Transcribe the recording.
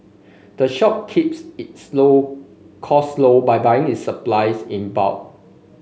the shop keeps its low costs low by buying its supplies in bulk